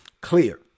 clear